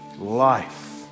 life